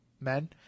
men